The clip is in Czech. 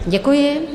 Děkuji.